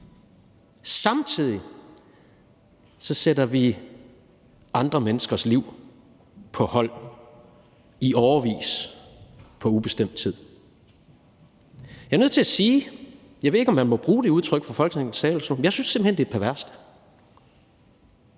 samtidig – sætter vi andre menneskers liv på hold i årevis på ubestemt tid. Jeg er nødt til at sige – jeg ved ikke, om man må bruge det udtryk fra Folketingets talerstol – at jeg simpelt hen synes, det er perverst.